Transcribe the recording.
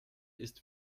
ist